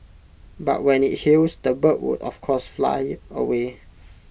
but when IT heals the bird would of course fly away